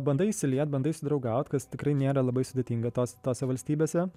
bandai įsiliet bandai susidraugaut kas tikrai nėra labai sudėtinga tos tose valstybėse